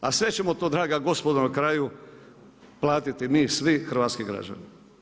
A sve ćemo to draga gospodo, na kraju platiti mi svi hrvatski građani.